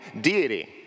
deity